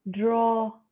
draw